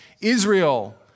Israel